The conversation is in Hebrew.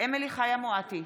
אמילי חיה מואטי,